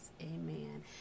Amen